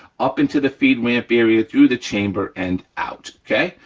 up into the feed ramp area, through the chamber, and out, okay?